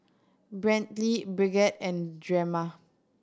Brantley Brigette and Drema